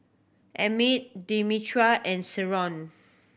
Emmet Demetra and Sherron